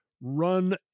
run